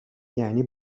یعنی